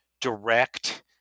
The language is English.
direct